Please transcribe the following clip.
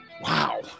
Wow